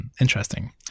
Interesting